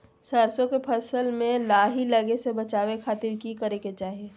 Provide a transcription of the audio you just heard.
सरसों के फसल में लाही लगे से बचावे खातिर की करे के चाही?